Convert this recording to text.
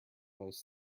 most